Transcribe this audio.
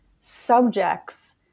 subjects